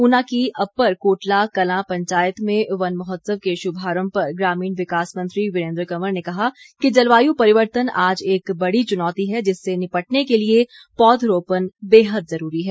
ऊना की अप्पर कोटला कलां पंचायत में वन महोत्सव के शुभारम्भ पर ग्रामीण विकास मंत्री वीरेन्द्र कंवर ने कहा कि जलवायु परिवर्तन आज एक बड़ी चुनौती है जिससे निपटने के लिए पौधरोपण बेहद जुरूरी है